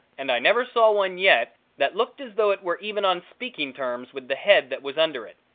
and i never saw one yet that looked as though it were even on speaking terms with the head that was under it.